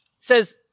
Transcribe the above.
says